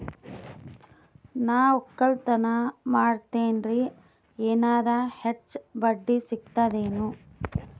ನಾ ಒಕ್ಕಲತನ ಮಾಡತೆನ್ರಿ ಎನೆರ ಹೆಚ್ಚ ಬಡ್ಡಿ ಸಿಗತದೇನು?